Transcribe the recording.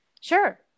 Sure